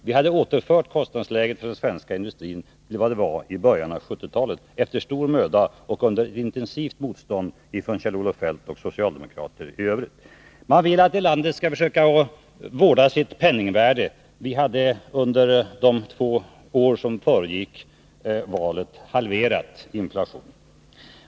Vi hade återfört kostnadsläget i den svenska industrin till vad det var i början av 1970-talet, efter stor möda och under intensivt motstånd från Kjell-Olof Feldt och socialdemokrater i övrigt. Man vill att det landet skall försöka vårda sitt penningvärde. Vi hade under de två år som föregick valet halverat inflationen.